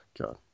god